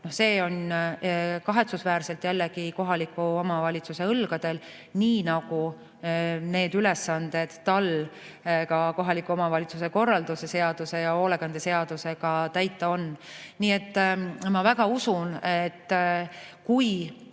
See jääb kahetsusväärselt jälle kohaliku omavalitsuse õlgadele, nii nagu need ülesanded tal kohaliku omavalitsuse korralduse seaduse ja [sotsiaal]hoolekande seadusega täita on. Ma väga usun, et kui